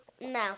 No